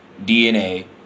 DNA